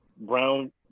brown